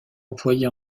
employé